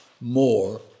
more